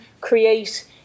create